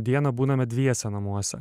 dieną būname dviese namuose